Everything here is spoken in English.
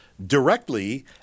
directly